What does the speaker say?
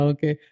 Okay